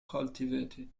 cultivated